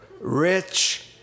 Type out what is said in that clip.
Rich